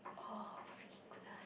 !aww! freaking goodness